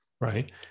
Right